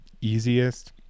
easiest